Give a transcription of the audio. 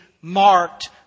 marked